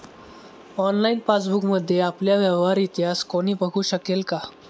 Online पासबुकमध्ये आपला व्यवहार इतिहास कोणी बघु शकेल का?